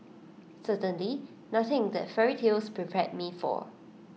certainly nothing that fairy tales prepared me for